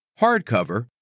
hardcover